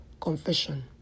confession